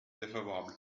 défavorable